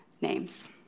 names